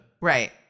Right